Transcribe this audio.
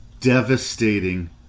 devastating